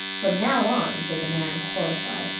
from now on, said the man, horrified,